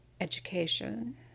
education